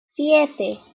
siete